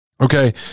Okay